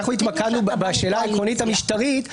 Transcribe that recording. אנחנו התמקדנו בשאלה העקרונית-המשטרית,